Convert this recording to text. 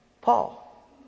Paul